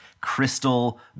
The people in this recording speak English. crystal